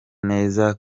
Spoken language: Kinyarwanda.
neza